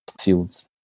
fields